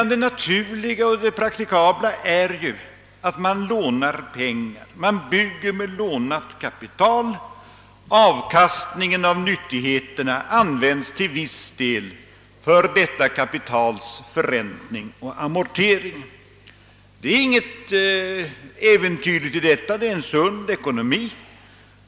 Det naturliga och praktikabla är ju att man bygger med lånat kapital. Avkastningen av nyttigheterna används till viss del för detta kapitals förräntning och amortering. Det är ingenting äventyrligt i detta; det är en sund ekonomi.